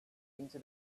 into